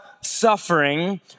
suffering